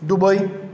Dubai